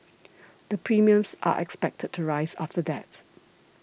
the premiums are expected to rise after that